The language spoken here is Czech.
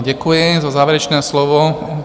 Děkuji za závěrečné slovo.